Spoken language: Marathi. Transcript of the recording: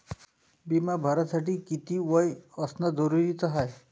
बिमा भरासाठी किती वय असनं जरुरीच हाय?